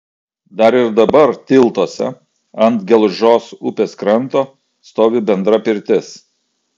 dar ir dabar tiltuose ant gelužos upės kranto stovi bendra pirtis